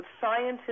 scientists